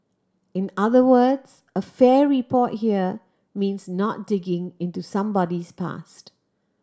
in other words a fair report here means not digging into somebody's past